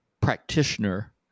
practitioner